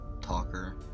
talker